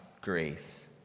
grace